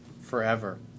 forever